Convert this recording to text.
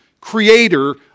creator